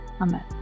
Amen